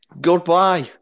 goodbye